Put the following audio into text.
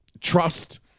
trust